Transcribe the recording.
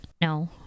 no